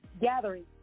gathering